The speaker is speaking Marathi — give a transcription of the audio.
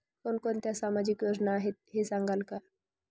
कोणकोणत्या सामाजिक योजना आहेत हे सांगाल का?